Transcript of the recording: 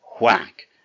whack